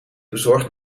bezorgd